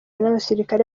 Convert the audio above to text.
n’abasirikare